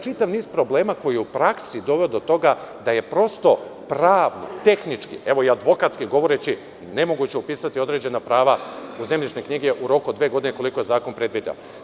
Čitav niz problema koji je u praksi doveo do toga da je prosto pravno, tehnički, evo i advokatski govoreći, nemoguće upisati određena prava u zemljišne knjige u roku od dve godine koliko je zakon predvideo.